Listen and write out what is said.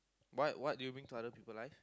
what what do you bring to other people life